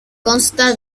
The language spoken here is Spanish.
consta